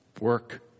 Work